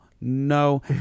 No